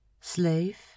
Slave